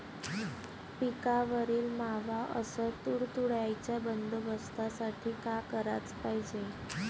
पिकावरील मावा अस तुडतुड्याइच्या बंदोबस्तासाठी का कराच पायजे?